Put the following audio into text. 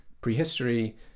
prehistory